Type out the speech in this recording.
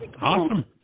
Awesome